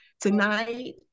tonight